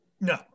No